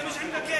זה מה שאני מבקש.